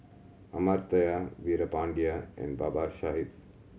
Amartya Veerapandiya and Babasaheb